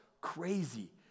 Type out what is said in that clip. crazy